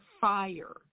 fire